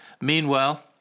Meanwhile